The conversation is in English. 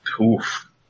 oof